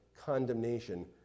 condemnation